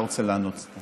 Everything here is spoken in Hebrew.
אני לא רוצה לענות סתם.